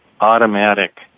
automatic